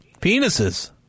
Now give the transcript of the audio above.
Penises